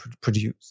produce